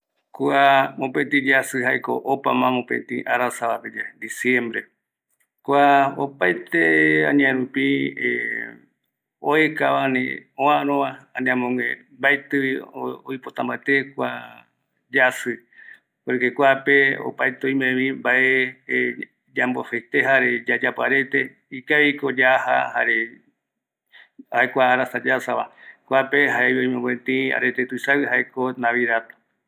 Kua mopeti yasï jaeko opama mopeti arasape yave, disiembre, kua opaete añaerupi oekava, ani öarova, amogue mbatïvi oipta mbate kua yasï, por que kuape oime opaete mbae yambo festeja, jare yayapo rete, ikaviko yaja jare kua arasa yajava, kuape jaevi oime mopëtï arete tuisague, jaeko navidad.